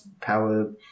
power